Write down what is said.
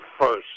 first